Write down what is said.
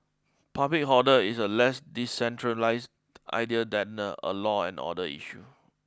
public hoarder is a less decentralised idea than a a law and order issue